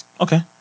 Okay